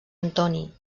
antoni